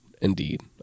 Indeed